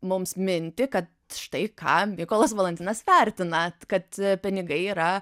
mums mintį kad štai ką mykolas valantinas vertina kad pinigai yra